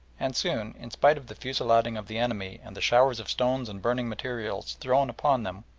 and soon, in spite of the fusillading of the enemy and the showers of stones and burning materials thrown upon them,